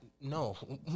no